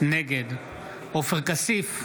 נגד עופר כסיף,